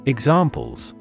Examples